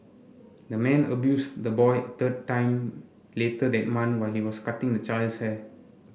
the man abused the boy a third time later that month while he was cutting the child's hair